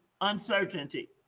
uncertainty